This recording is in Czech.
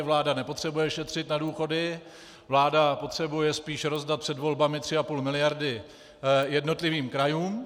Vláda nepotřebuje šetřit na důchody, vláda potřebuje spíše rozdat před volbami 3,5 mld. jednotlivým krajům.